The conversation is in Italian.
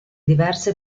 diverse